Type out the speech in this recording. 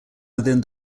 within